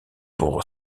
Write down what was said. pour